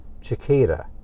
Chiquita